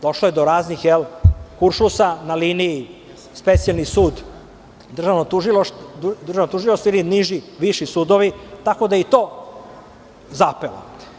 Došlo je do raznih kuršlusa na liniji specijalni sud-državno tužilaštvo ili niži-viši sudovi, tako da je i to zapelo.